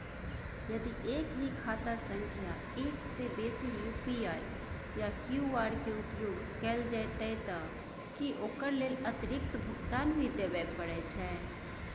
यदि एक ही खाता सं एक से बेसी यु.पी.आई या क्यू.आर के उपयोग कैल जेतै त की ओकर लेल अतिरिक्त भुगतान भी देबै परै छै?